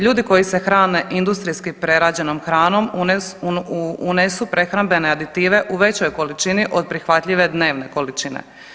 Ljudi koji se hrane industrijski prerađenom hranom unesu prehrambene aditive u većoj količini od prihvatljive dnevne količine.